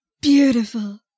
beautiful